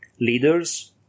leaders